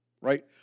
right